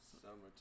summertime